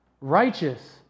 righteous